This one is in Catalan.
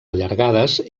allargades